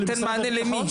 ייתן מענה למי?